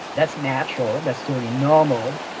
that's natural and that's totally normal.